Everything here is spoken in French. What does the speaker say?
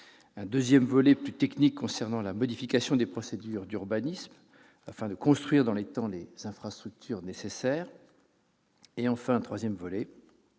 le deuxième, plus technique, concerne la modification des procédures d'urbanisme afin de construire dans les temps les infrastructures nécessaires ; enfin, le troisième a